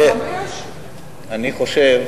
חמש?